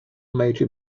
major